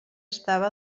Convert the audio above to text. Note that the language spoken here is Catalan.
estava